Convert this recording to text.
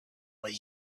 with